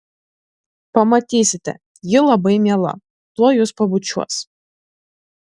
pamatysite ji labai miela tuoj jus pabučiuos